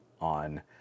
on